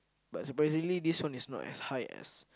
but surprisingly this one is not as high as